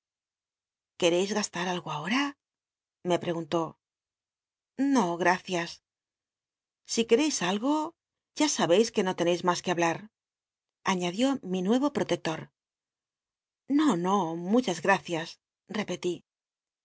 quercis gasta algo ahora me preguntó no gracias si quereis algo ya sabeis que no lcnei mas que hablar añadió mi nuera protector o no muchas gracias repelí